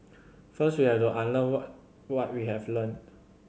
first we have to unlearn what we have learnt